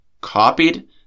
copied